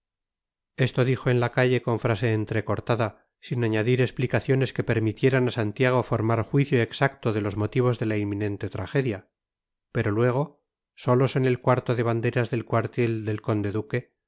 esto dijo en la calle con frase entrecortada sin añadir explicaciones que permitieran a santiago formar juicio exacto de los motivos de la inminente tragedia pero luego solos en el cuarto de banderas del cuartel del conde duque